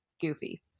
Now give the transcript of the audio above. Goofy